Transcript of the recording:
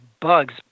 bugs